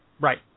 Right